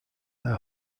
their